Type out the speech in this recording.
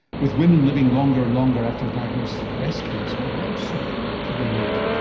with women living longer and longer after a diagnosis of breast cancer, what support do they need?